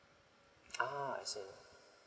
ah I see